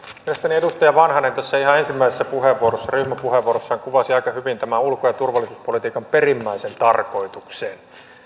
mielestäni edustaja vanhanen tässä ihan ensimmäisessä puheenvuorossaan ryhmäpuheenvuorossa kuvasi aika hyvin tämän ulko ja turvallisuuspolitiikan perimmäisen tarkoituksen